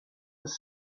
his